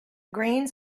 greens